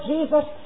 Jesus